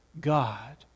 God